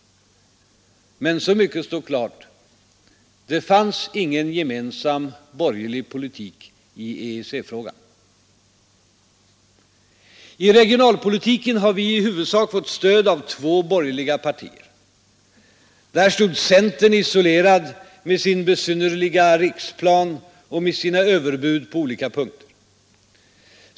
Men så mycket står klart: Det fanns ingen gemensam borgerlig politik i EEC-frågan. I regionalpolitiken har vi i huvudsak fått stöd av två borgerliga partier. Där stod centern isolerad med sin besynnerliga riksplan och med sina överbud på olika punkter.